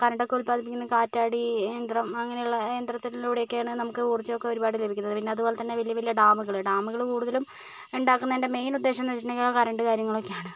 കരണ്ടൊക്കെ ഉത്പാദിപ്പിക്കുന്നതിന് കാറ്റാടിയന്ത്രം അങ്ങനെയുള്ള യന്ത്രത്തിലൂടെയൊക്കെയാണ് നമുക്ക് ഊർജ്ജമൊക്കെ ഒരുപാട് ലഭിക്കുന്നത് പിന്നെ അതുപോലെത്തന്നെ വലിയ വലിയ ഡാമുകൾ ഡാമുകൾ കൂടുതലും ഉണ്ടാക്കുന്നതിൻ്റെ മെയിൻ ഉദ്ദേശമെന്നു വെച്ചിട്ടുണ്ടെങ്കിൽ കരണ്ട് കാര്യങ്ങളൊക്കെയാണ്